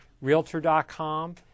Realtor.com